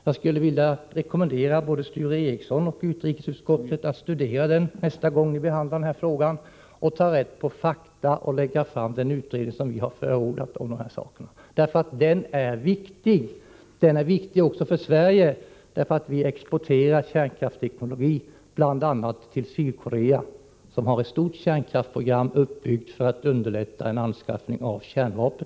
Jag skulle vilja rekommendera både Sture Ericson och utrikesutskottet att studera denna sammanfattning nästa gång ni behandlar denna fråga och ta rätt på fakta, så att ni kan lägga fram den utredning om dessa saker som vi har förordat. Rapporten är viktig också för Sverige, eftersom vi exporterar kärnkraftsteknologi, bl.a. till Sydkorea, som har ett stort kärnkraftsprogram uppbyggt för att i framtiden kunna underlätta en anskaffning av kärnvapen.